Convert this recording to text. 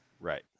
Right